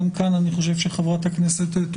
גם כאן אני חושב שחברת הכנסת,